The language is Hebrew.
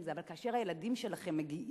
אבל כאשר הילדים שלכם מגיעים,